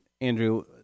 Andrew